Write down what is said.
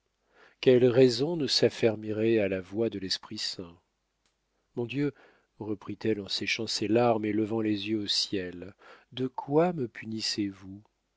quelle raison ne s'affermirait à la voix de lesprit saint mon dieu reprit-elle en séchant ses larmes et levant les yeux au ciel de quoi me punissez vous